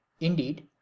Indeed